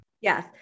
Yes